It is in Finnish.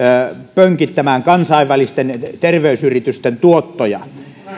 pönkittämään kansainvälisten terveysyritysten tuottoja